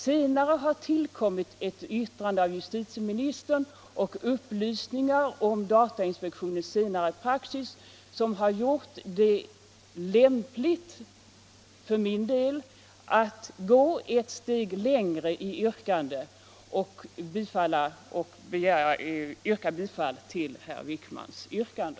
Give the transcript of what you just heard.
Senare har det emellertid tillkommit ett yttrande av justitieministern och upplysningar om datainspektionens senare praxis som för mig har gjort det lämpligt att gå ett steg längre och yrka bifall till herr Wijkmans yrkande.